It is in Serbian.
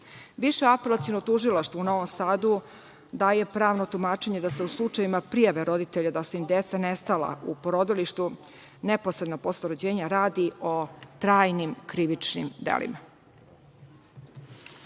Apelaciono tužilaštvo u Novom Sadu, daje pravno tumačenje da se u slučajevima prijave roditelja da su im deca nestala u porodilištu, neposredno posle rođenja, radi o trajnim krivičnim delima. Ali,